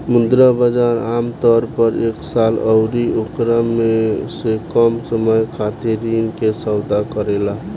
मुद्रा बाजार आमतौर पर एक साल अउरी ओकरा से कम समय खातिर ऋण के सौदा करेला